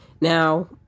Now